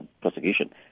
prosecution